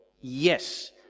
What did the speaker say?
Yes